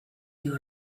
dio